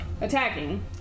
attacking